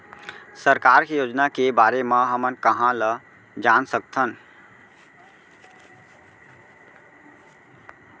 सरकार के योजना के बारे म हमन कहाँ ल जान सकथन?